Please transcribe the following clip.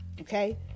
okay